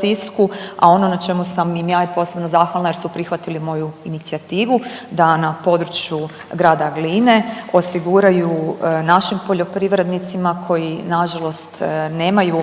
Sisku. A ono na čemu sam im ja i posebno zahvalna jer su prihvatili moju inicijativu da na području grada Gline osiguraju našim poljoprivrednici koji na žalost nemaju